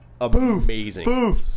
amazing